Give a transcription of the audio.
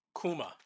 Kuma